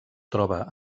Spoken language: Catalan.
troba